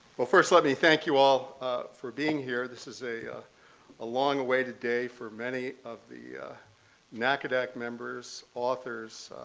well, first let me thank you all for being here. this is a ah ah long-awaited day for many of the ncadac members, authors,